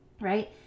right